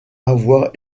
avoir